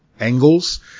angles